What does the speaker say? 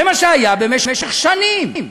זה מה שהיה במשך שנים.